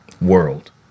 world